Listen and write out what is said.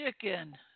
chicken